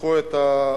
פתחו את האוהלים.